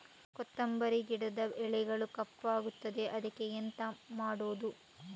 ಕೊತ್ತಂಬರಿ ಗಿಡದ ಎಲೆಗಳು ಕಪ್ಪಗುತ್ತದೆ, ಇದಕ್ಕೆ ಎಂತ ಮಾಡೋದು?